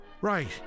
Right